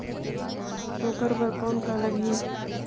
ओकर बर कौन का लगी?